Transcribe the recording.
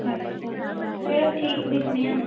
अच्छा चलो ठीक दिक्खनी आं